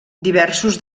diversos